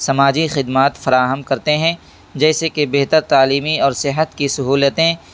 سماجی خدمات فراہم کرتے ہیں جیسے کہ بہتر تعلیمی اور صحت کی سہولتیں